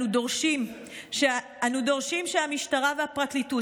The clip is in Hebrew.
אנו דורשים שהמשטרה והפרקליטות,